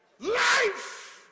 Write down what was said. Life